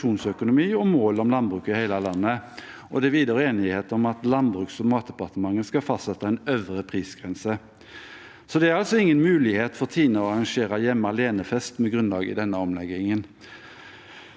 og mål om landbruk i hele landet. Det er videre enighet om at Landbruks- og matdepartementet skal fastsette en øvre prisgrense. Det er altså ingen mulighet for TINE til å arrangere hjemmealenefest med grunnlag i denne omleggingen.